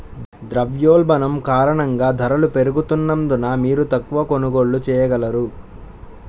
ద్రవ్యోల్బణం కారణంగా ధరలు పెరుగుతున్నందున, మీరు తక్కువ కొనుగోళ్ళు చేయగలరు